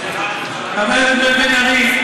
חברת הכנסת בן ארי,